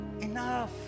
enough